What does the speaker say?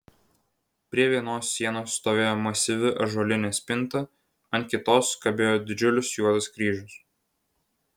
prie vienos sienos stovėjo masyvi ąžuolinė spinta ant kitos kabėjo didžiulis juodas kryžius